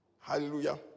Hallelujah